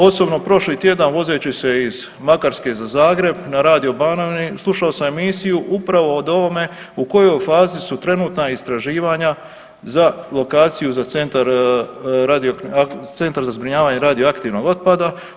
Osobno prošli tjedan vozeći se iz Makarske za Zagreb na radio Banovini slušao sam emisiju upravo o ovome u kojoj fazi su trenutna istraživanja za lokaciju za centar za zbrinjavanje radioaktivnog otpada.